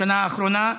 בשנה האחרונה,